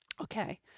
Okay